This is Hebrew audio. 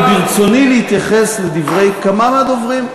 וברצוני להתייחס לדברי כמה מהדוברים.